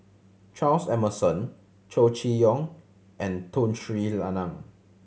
Charles Emmerson Chow Chee Yong and Tun Sri Lanang